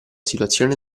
situazione